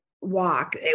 walk